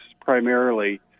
primarily